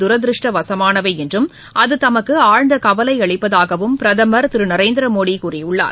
தூதிருஷ்டவசமானவை என்றும் அது தமக்கு ஆழ்ந்த கவலை அளிப்பதாகவும் பிரதமா் திரு நரேந்திரமோடி கூறியுள்ளார்